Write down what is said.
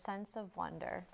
sense of wonder